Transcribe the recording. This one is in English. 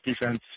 defense